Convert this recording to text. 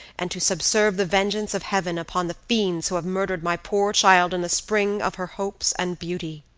and to subserve the vengeance of heaven upon the fiends who have murdered my poor child in the spring of her hopes and beauty!